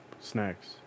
snacks